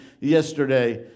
yesterday